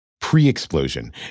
pre-explosion